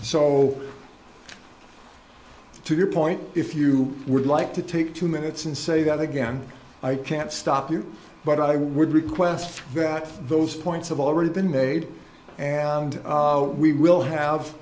so to your point if you would like to take two minutes and say that again i can't stop you but i would request that those points have already been made and we will have